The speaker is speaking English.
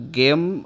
game